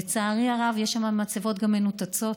לצערי הרב, יש שם מצבות מנותצות,